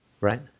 Right